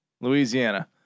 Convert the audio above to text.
Louisiana